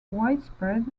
widespread